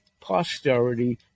posterity